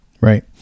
right